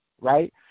right